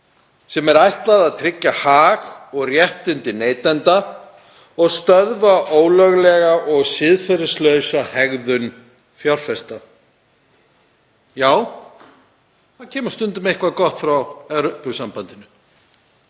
sem er ætlað að tryggja hag og réttindi neytenda og stöðva ólöglega og siðferðislausa hegðun fjárfesta. Já, það kemur stundum eitthvað gott frá Evrópusambandinu.